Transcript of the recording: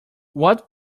what